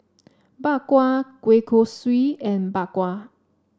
Bak Kwa Kueh Kosui and Bak Kwa